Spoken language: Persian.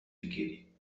بگیرید